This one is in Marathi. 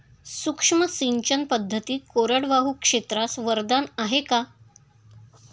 सूक्ष्म सिंचन पद्धती कोरडवाहू क्षेत्रास वरदान आहे का?